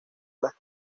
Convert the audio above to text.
las